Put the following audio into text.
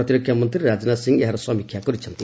ପ୍ରତିରକ୍ଷା ମନ୍ତ୍ରୀ ରାଜନାଥ ସିଂହ ଏହାର ସମୀକ୍ଷା କରିଛନ୍ତି